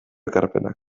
ekarpenak